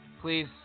Please